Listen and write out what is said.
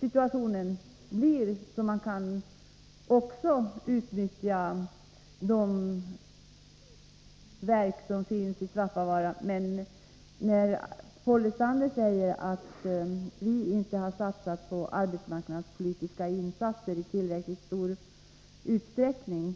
situationen skall bli sådan att man också kan utnyttja det verk som finns i Svappavaara. Paul Lestander säger att vi inte har satsat på arbetsmarknadspolitiska åtgärder i tillräckligt stor utsträckning.